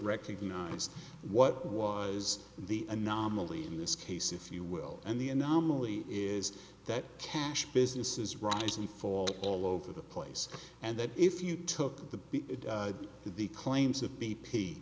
recognized what was the anomaly in this case if you will and the anomaly is that cash businesses rise and fall all over the place and that if you took the the claims of b p